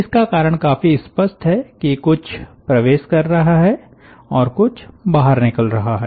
इसका कारण काफी स्पष्ट है कि कुछ प्रवेश कर रहा है और कुछ बाहर निकल रहा है